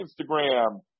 Instagram